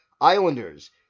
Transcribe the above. Islanders